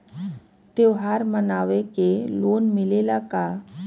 त्योहार मनावे के लोन मिलेला का?